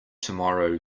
tomorrow